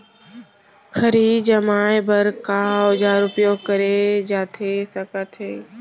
खरही जमाए बर का औजार उपयोग करे जाथे सकत हे?